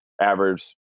average